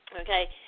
Okay